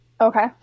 Okay